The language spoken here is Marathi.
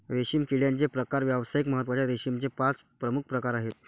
रेशीम किड्याचे प्रकार व्यावसायिक महत्त्वाच्या रेशीमचे पाच प्रमुख प्रकार आहेत